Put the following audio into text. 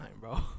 bro